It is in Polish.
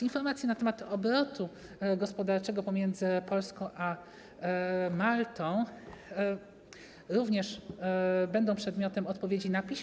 Informacje na temat obrotu gospodarczego pomiędzy Polską a Maltą również będą przedmiotem odpowiedzi na piśmie.